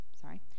sorry